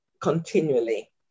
continually